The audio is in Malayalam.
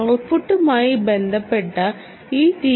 ഔട്ട്പുട്ടുമായി ബന്ധപ്പെട്ട ഈ ടി